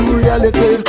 reality